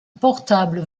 portable